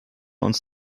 uns